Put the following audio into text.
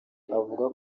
avuga